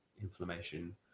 inflammation